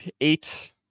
eight